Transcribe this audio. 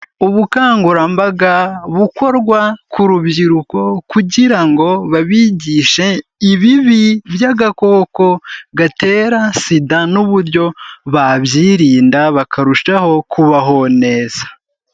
Ubukangurambaga bukorwa ku rubyiruko kugira ngo babigishe ibibi by'agakoko gatera SIDA n'uburyo babyirinda bakarushaho kubaho neza.